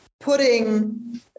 putting